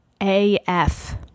AF